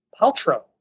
Paltrow